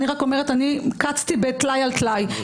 אני רק אומרת אני קצתי בטלאי על טלאי,